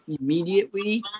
immediately